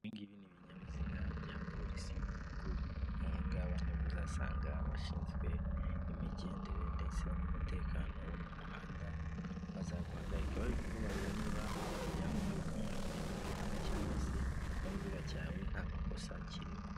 Ibi ngibi ni ibinyabiziga bya polisi y'igihugu, aba ngaba ni bo uzasanga bashinzwe imigendere, ndetse n'umutekano wo mu muhanda, bazaguhagarika bari kukubaza niba ufite ibyangombwa, bikwemerera kugenda mu muhanda, cyangwa se ikinyabiziga, cyawe nta makosa kirimo.